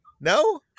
no